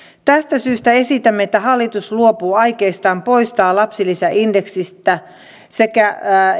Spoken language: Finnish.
tästä syystä esitämme että hallitus luopuu aikeistaan poistaa lapsilisä indeksistä sekä